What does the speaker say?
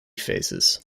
phases